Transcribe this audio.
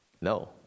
No